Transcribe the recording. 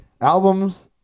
albums